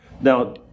now